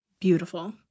beautiful